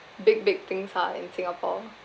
big big things ah in singapore